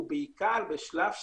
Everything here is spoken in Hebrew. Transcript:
ובעיקר בשלב השלישי,